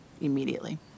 immediately